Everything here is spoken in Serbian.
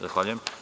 Zahvaljujem.